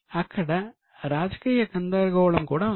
అక్కడ రాజకీయ గందరగోళం కూడా ఉంది